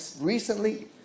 recently